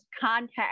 contact